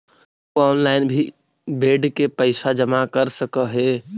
तु ऑनलाइन भी इ बेड के पइसा जमा कर सकऽ हे